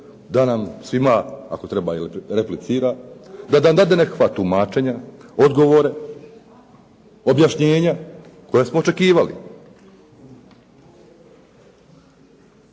da nam svima, ako treba i replicira, da nam dade nekakva tumačenja, odgovore, objašnjenja koja smo očekivali.